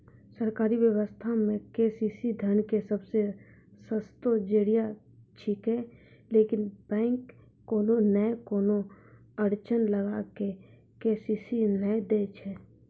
सरकारी व्यवस्था मे के.सी.सी धन के सबसे सस्तो जरिया छिकैय लेकिन बैंक कोनो नैय कोनो अड़चन लगा के के.सी.सी नैय दैय छैय?